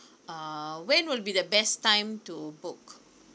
uh when will be the best time to book